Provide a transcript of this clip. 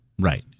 right